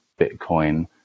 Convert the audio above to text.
Bitcoin